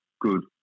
good